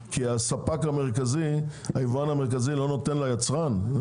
כשהיבואן המרכזי לא נותן ליצרן תעודת מקור?